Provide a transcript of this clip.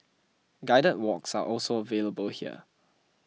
guided walks are also available here